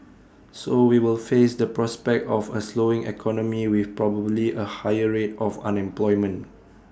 so we will face the prospect of A slowing economy with probably A higher rate of unemployment